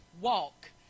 walk